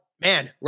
man